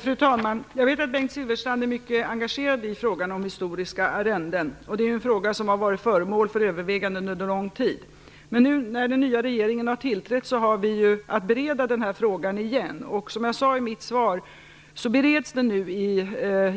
Fru talman! Jag vet att Bengt Silfverstrand är mycket engagerad i frågan om historiska arrenden. Det är en fråga som har varit föremål för överväganden under lång tid. När vi i den nya regeringen nu har tillträtt har vi ju att bereda denna fråga igen. Som jag sade i mitt svar bereds den nu i